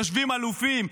יושבים אלופים,